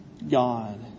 God